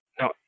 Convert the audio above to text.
no